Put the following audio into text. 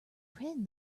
pin